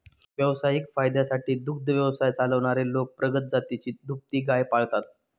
व्यावसायिक फायद्यासाठी दुग्ध व्यवसाय चालवणारे लोक प्रगत जातीची दुभती गाय पाळतात